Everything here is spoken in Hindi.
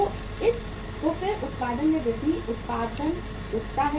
तो फिर उत्पादन में वृद्धि उत्पादन उठाता है